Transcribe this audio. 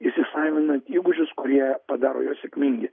įsisavinant įgūdžius kurie padaro juos sėkmingi